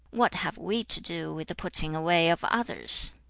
what have we to do with the putting away of others